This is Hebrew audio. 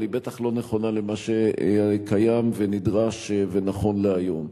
אבל היא בטח לא נכונה למה שקיים ונדרש ונכון להיום.